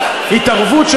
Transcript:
עכשיו אני מנהל,